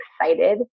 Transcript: excited